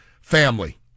family